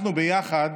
אנחנו ביחד